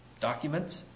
documents